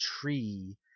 tree